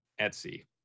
Etsy